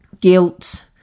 guilt